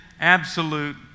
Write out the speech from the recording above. absolute